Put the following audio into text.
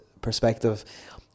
perspective